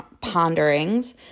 Ponderings